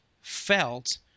felt